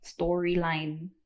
storyline